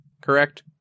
correct